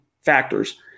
factors